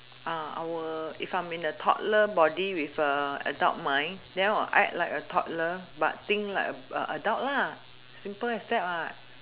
I will if I'm in the toddler body with a adult mind then I will act like a toddler but think like a a adult lah simple as that what